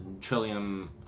Trillium